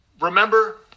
remember